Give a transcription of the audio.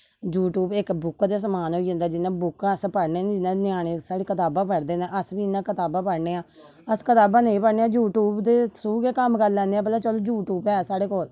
YouTube इक book दे सामन होई जंदा जियां बुका अस पढ़ने ना जियां न्याने साढ़ी कितावा पढ़़दे ना अस बी इयां कितावा पढने आं अस कितावा नेईं पढ़ने आं यूट्यूब दे थ्रू बी कम्म करी लैन्ने आं भला चल यूट्यूब ऐ साढ़े कोल